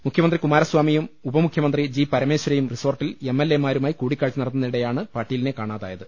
മുഖ്യമന്ത്രി കുമാരസ്വാ മിയും ഉപമുഖ്യമന്ത്രി ജി പരമേശ്വരയും റിസോർട്ടിൽ എം എൽ എ മാരുമായി കൂടിക്കാഴ്ച നടത്തുന്നതിനിടെയാണ് പാട്ടീലിനെ കാണാതായത്